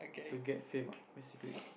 to get fame ah basically